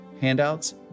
handouts